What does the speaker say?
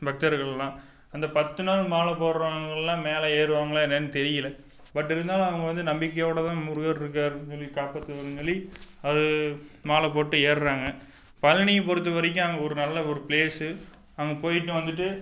பக்தர்கள்லாம் அந்த பத்து நாள் மாலை போடுறவங்கள்லாம் மேலே ஏறுவாங்களா என்னென்னு தெரியலை பட் இருந்தாலும் அவங்க வந்து நம்பிக்கையோடு தான் முருகர் இருக்காருன்னு சொல்லி காப்பாற்றுவாருன்னு சொல்லி அது மாலைப் போட்டு ஏறுறாங்க பழனியை பொறுத்தவரைக்கும் அங்கே ஒரு நல்ல ஒரு பிளேஸு அங்கே போயிட்டு வந்துவிட்டு